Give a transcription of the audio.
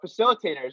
facilitators